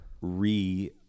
re-